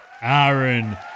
Aaron